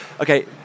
Okay